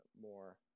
more